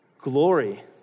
Glory